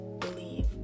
believe